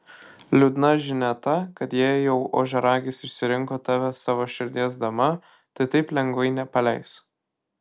liūdna žinia ta kad jei jau ožiaragis išsirinko tave savo širdies dama tai taip lengvai nepaleis